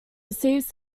received